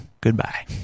Goodbye